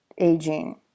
aging